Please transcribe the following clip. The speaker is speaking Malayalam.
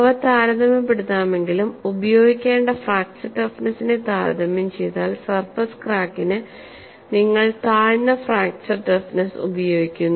അവ താരതമ്യപ്പെടുത്താമെങ്കിലും ഉപയോഗിക്കേണ്ട ഫ്രാക്ചർ ടഫ്നെസ്സിനെ താരതമ്യം ചെയ്താൽ സർഫസ് ക്രാക്കിന് നിങ്ങൾ താഴ്ന്ന ഫ്രാക്ച്ചർ ടഫ്നെസ്സ് ഉപയോഗിക്കുന്നു